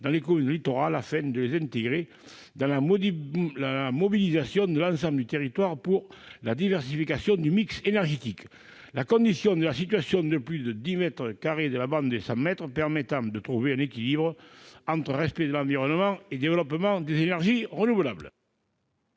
dans les communes littorales, afin de les intégrer dans la mobilisation de l'ensemble du territoire pour la diversification du mix énergétique. La condition de la situation à plus de 10 kilomètres de la bande littorale de 100 mètres permet de trouver un équilibre entre respect de l'environnement et développement des énergies renouvelables.